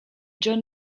jon